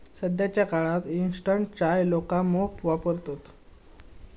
सध्याच्या काळात इंस्टंट चाय लोका मोप वापरतत